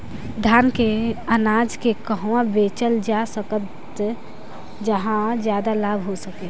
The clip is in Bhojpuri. धान के अनाज के कहवा बेचल जा सकता जहाँ ज्यादा लाभ हो सके?